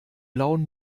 blauen